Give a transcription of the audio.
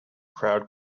crowd